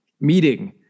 meeting